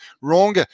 wrong